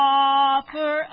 offer